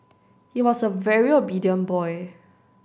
he was a very obedient boy